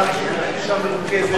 מהלך של רכישה מרוכזת,